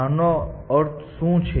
આનો અર્થ શું છે